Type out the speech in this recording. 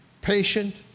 Patient